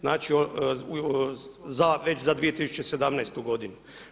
Znači već za 2017. godinu.